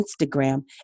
Instagram